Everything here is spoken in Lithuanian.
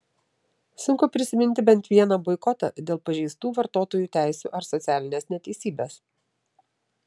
sunku prisiminti bent vieną boikotą dėl pažeistų vartotojų teisių ar socialinės neteisybės